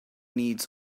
needs